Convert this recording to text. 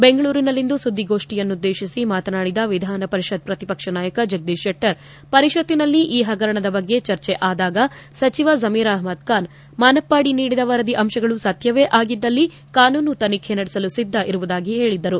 ಬೆಂಗಳೂರಿನಲ್ಲಿಂದು ಸುದ್ದಿಗೋಷ್ಠಿಯನ್ನುದ್ದೇತಿಸಿ ಮಾತನಾಡಿದ ವಿಧಾನಪರಿಷತ್ ಪ್ರತಿಪಕ್ಷ ನಾಯಕ ಕೋಟಾ ಪೂಜಾರಿ ಪರಿಷತ್ತಿನಲ್ಲಿ ಈ ಹಗರಣದ ಬಗ್ಗೆ ಚರ್ಚೆ ಆದಾಗ ಸಚಿವ ಜಮೀರ್ ಅಷ್ಪದ್ ಖಾನ್ ಮಾನಪ್ಪಾಡಿ ನೀಡಿದ ವರದಿ ಅಂಶಗಳು ಸತ್ಯವೇ ಆಗಿದ್ದಲ್ಲಿ ಕಾನೂನು ತನಿಖೆ ನಡೆಸಲು ಸಿದ್ದ ಇರುವುದಾಗಿ ಹೇಳದ್ದರು